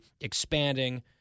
expanding